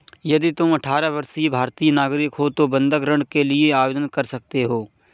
यदि तुम अठारह वर्षीय भारतीय नागरिक हो तो बंधक ऋण के लिए आवेदन कर सकते हो